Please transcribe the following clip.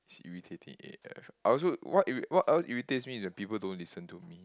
it's irritating A F I also what irri~ what else irritates me is people don't listen to me